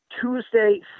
Tuesday